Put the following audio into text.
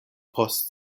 post